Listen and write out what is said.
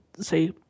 say